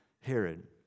Herod